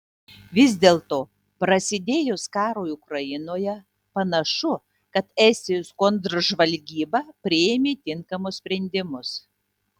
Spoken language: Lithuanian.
vis dėlto prasidėjus karui ukrainoje panašu kad estijos kontržvalgyba priėmė tinkamus sprendimus